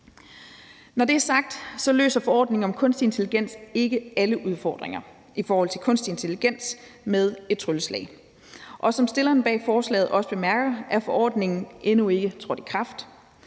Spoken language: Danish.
Når det er sagt, løser forordningen om kunstig intelligens ikke med et trylleslag alle udfordringer i forhold til kunstig intelligens. Som forslagsstillerne også bemærker, er forordningen endnu ikke trådt i kraft.